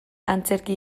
antzerki